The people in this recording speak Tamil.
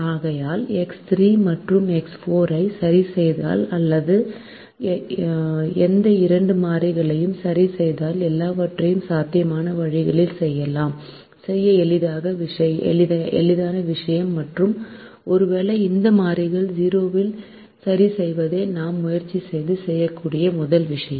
ஆகையால் எக்ஸ் 3 மற்றும் எக்ஸ் 4 ஐ சரிசெய்தல் அல்லது எந்த இரண்டு மாறிகளையும் சரிசெய்தல் எல்லையற்ற சாத்தியமான வழிகளில் செய்யலாம் செய்ய எளிதான விஷயம் மற்றும் ஒருவேளை இந்த மாறிகள் 0 இல் சரிசெய்வதே நாம் முயற்சி செய்து செய்யக்கூடிய முதல் விஷயம்